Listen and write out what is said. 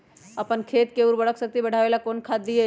अपन खेत के उर्वरक शक्ति बढावेला कौन खाद दीये?